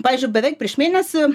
pavyzdžiui beveik prieš mėnesį